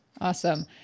Awesome